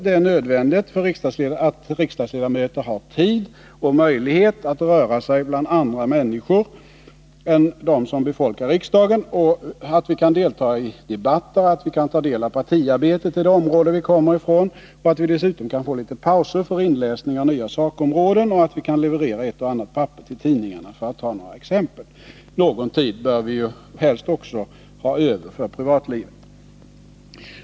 Det är nödvändigt att riksdagsledamöter har tid och möjlighet att röra sig bland andra människor än dem som befolkar riksdagen, att vi kan delta i debatter, att vi kan ta del av partiarbetet i det område vi kommer ifrån, att vi dessutom kan få litet pauser för inläsning av nya sakområden och att vi kan leverera ett och annat papper till tidningarna, för att ta några exempel. Och någon tid bör vi helst också ha över för Nr 29 privatlivet.